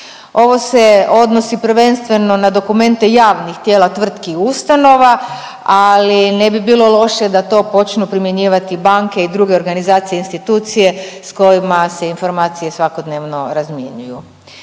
Ovo se odnosi prvenstveno na dokumente javnih tijela tvrtki i ustanova, ali ne bi bilo loše da to počnu primjenjivati banke i druge organizacije i institucije s kojima se informacije svakodnevno razmjenjuju.